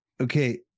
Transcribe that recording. okay